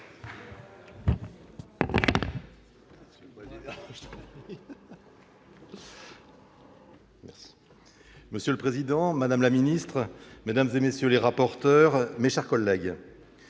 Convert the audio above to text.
Monsieur le président, madame la ministre, mesdames, messieurs les rapporteurs, mes chers collègues,